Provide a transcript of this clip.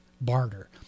barter